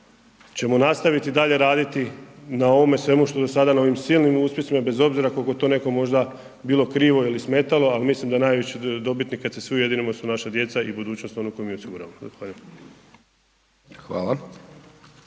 ćemo nastaviti dalje raditi na ovome svemu, što do sada, na ovim silnim uspjesima, bez obzira koliko to nekom možda bilo krivo ili smetalo, ali mislim da najviše dobitnika …/Govornik se ne razumije./… su naša djeca i budućnost onome kome mi osiguramo.